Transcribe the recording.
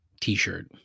T-shirt